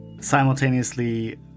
simultaneously